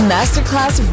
Masterclass